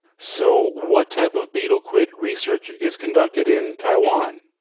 so, what type of betel quid research is conducted in taiwan?